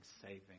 saving